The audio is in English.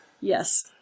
Yes